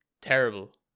terrible